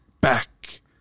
back